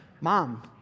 mom